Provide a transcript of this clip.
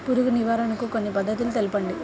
పురుగు నివారణకు కొన్ని పద్ధతులు తెలుపండి?